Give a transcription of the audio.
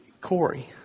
Corey